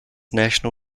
national